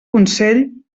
consell